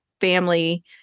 family